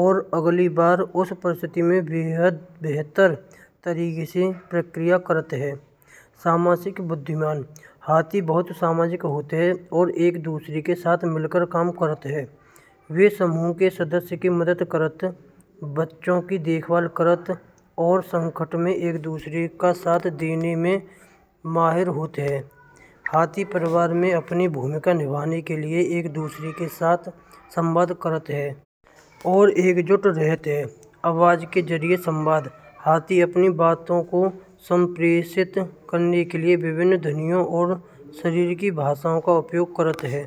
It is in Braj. और अगली बार उसे परंपरा में बेहद बेहतर तरीके से पेश करना है। सामाजिक बुद्धिमान हाथी बहुत सामाजिक होते हैं। और एक दूसरे के साथ मिलकर काम करते हैं। वे समूह के सदस्य की मदद करते हैं बच्चों की देखभाल करत हैं। और संकट में एक दूसरे का साथ देने में माहिर होते हैं। हाथी परिवार में अपनी भूमिका निभाने के लिए एक दूसरे के साथ संवाद करत हैं। और एकजुट रहते हैं। आवाज के जरिए संवाद, अपनी बातों को संप्रेषित करने के लिए विभिन्न ध्वनियों और शरीर की भाषा का उपयोग करत हैं।